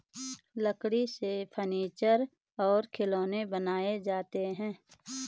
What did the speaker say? लकड़ी से फर्नीचर और खिलौनें बनाये जाते हैं